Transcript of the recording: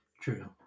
True